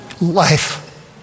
life